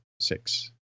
six